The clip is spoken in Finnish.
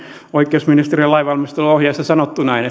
oikeusministeriön lainvalmisteluohjeessa sanottu näin